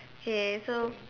K so